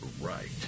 right